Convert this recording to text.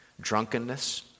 drunkenness